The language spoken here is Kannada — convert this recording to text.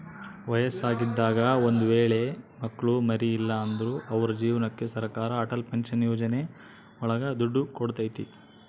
ವಯಸ್ಸಾಗಿದಾಗ ಒಂದ್ ವೇಳೆ ಮಕ್ಳು ಮರಿ ಇಲ್ಲ ಅಂದ್ರು ಅವ್ರ ಜೀವನಕ್ಕೆ ಸರಕಾರ ಅಟಲ್ ಪೆನ್ಶನ್ ಯೋಜನೆ ಒಳಗ ದುಡ್ಡು ಕೊಡ್ತೈತಿ